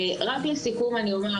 רק לסיכום אני אומר,